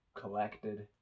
collected